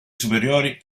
superiori